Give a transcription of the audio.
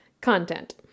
content